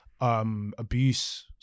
Abuse